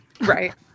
right